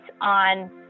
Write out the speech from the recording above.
on